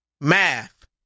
math